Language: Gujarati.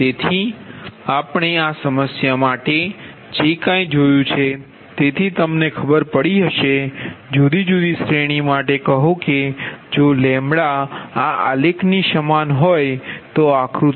તેથી આપણે આ સમસ્યા માટે જે કાંઈ જોયું છે તેથી તમને ખબર પડી હશે જુદી જુદી શ્રેણી માટે કહો કે જો આ આલેખની સમાન હોય આક્રુતિ